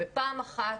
פעם אחת,